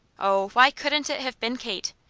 oh, why couldn't it have been kate?